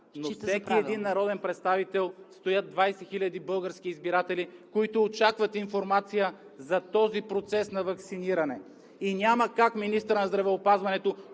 зад всеки един народен представител стоят 20 хиляди български избиратели, които очакват информация за този процес на ваксиниране! И няма как министърът на здравеопазването,